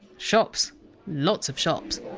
shops lots of shops